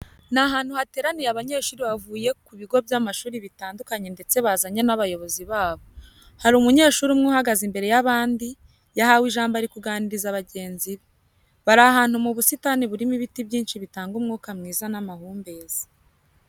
Ni ahantu hateraniye abanyeshuri bavuye ku bogo by'amashuri bitandukanye ndetse bazanye n'abayobozi babo. Hari umunyeshuri umwe uhagaze imbere y'abandi, yahawe ijambo ari kuganiriza bagenzi be. Bari ahantu mu busitani burimo ibiti byinshi bitanga umwuka mwiza n'amahumbezi.